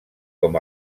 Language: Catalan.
com